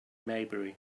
maybury